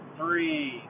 three